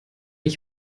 ich